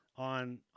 on